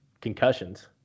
concussions